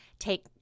take